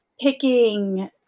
picking